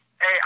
Hey